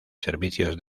servicios